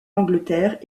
angleterre